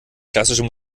klassische